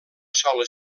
sola